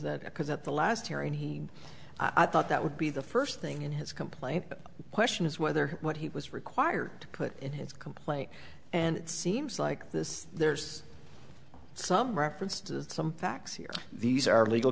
that because at the last hearing he i thought that would be the first thing in his complaint the question is whether what he was required to put in his complaint and it seems like this there's some reference to some facts here these are legal